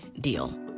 deal